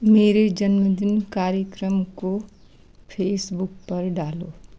मेरे जन्मदिन कार्यक्रम को फेसबुक पर डालो